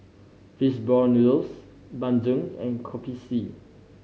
fish ball noodles bandung and Kopi C